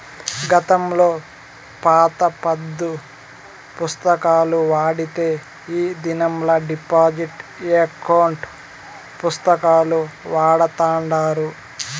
గతంలో పాత పద్దు పుస్తకాలు వాడితే ఈ దినంలా డిజిటల్ ఎకౌంటు పుస్తకాలు వాడతాండారు